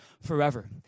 forever